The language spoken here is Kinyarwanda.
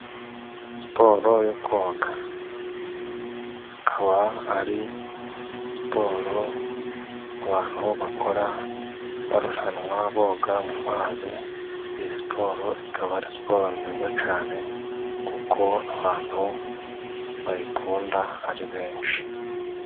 Siporo yo koga akaba ari siporo abantu bakora barushanwa boga mu mazi. Iyi siporo ikaba ari siporo nziza cyane kuko abantu bayikunda ari benshi.